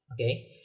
Okay